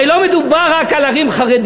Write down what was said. הרי לא מדובר רק על ערים חרדיות.